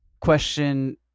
question